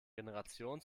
generation